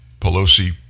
Pelosi